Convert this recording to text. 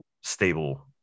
stable